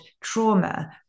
trauma